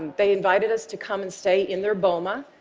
they invited us to come and stay in their boma.